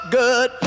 good